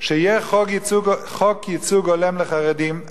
שיהיה חוק ייצוג הולם לחרדים.